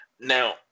Now